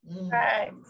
Right